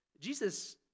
Jesus